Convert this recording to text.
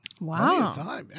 Wow